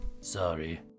Sorry